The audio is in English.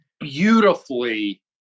beautifully